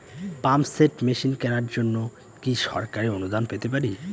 Pump set machine কেনার জন্য কি সরকারি অনুদান পেতে পারি?